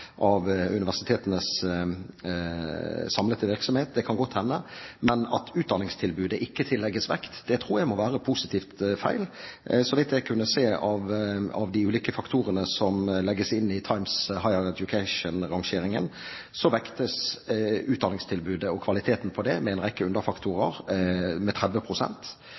av universitetenes samlede virksomhet. Det kan godt hende. Men at utdanningstilbudet ikke tillegges vekt, tror jeg må være positivt feil. Så vidt jeg kunne se av de ulike faktorene som legges inn i Times Higher Education-rangeringen, vektes utdanningstilbudet og kvaliteten på det, med en rekke underfaktorer, med